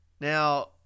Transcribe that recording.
now